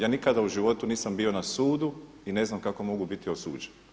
Ja nikada u životu nisam bio na sudu i ne znam kako mogu biti osuđen.